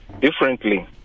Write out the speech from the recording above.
differently